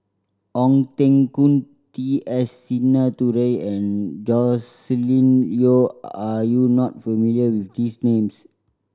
Ong Teng Koon T S Sinnathuray and Joscelin Yeo are you not familiar with these names